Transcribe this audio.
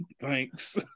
thanks